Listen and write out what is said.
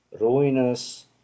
ruinous